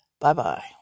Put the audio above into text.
Bye-bye